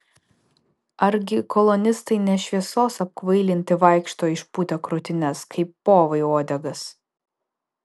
argi kolonistai ne šviesos apkvailinti vaikšto išpūtę krūtines kaip povai uodegas